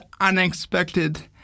unexpected